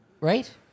right